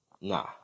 Nah